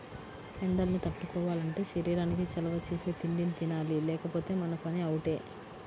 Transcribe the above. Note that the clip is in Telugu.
ఎండల్ని తట్టుకోవాలంటే శరీరానికి చలవ చేసే తిండినే తినాలి లేకపోతే మన పని అవుటే